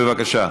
בבקשה.